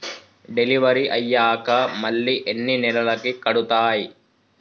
Delivery అయ్యాక మళ్ళీ ఎన్ని నెలలకి కడుతాయి?